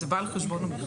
זה בא על חשבון המכסה?